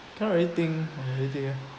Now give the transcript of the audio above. cannot really think of anything eh